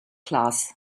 class